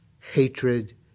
hatred